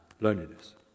loneliness